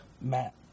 Matt